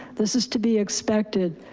this is to be expected.